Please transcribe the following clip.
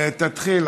תתחיל.